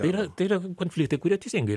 tai yra tai yra konfliktai kurie teisingai